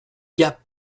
gap